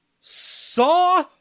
saw